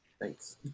Thanks